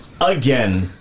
again